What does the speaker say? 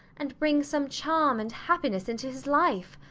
and bring some charm and happiness into his life.